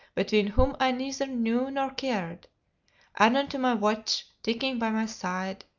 between whom i neither knew nor cared anon to my watch ticking by my side,